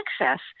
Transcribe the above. access